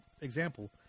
example